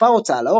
מפה הוצאה לאור,